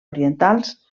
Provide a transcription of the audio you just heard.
orientals